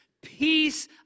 Peace